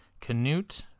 canute